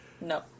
No